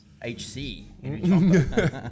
HC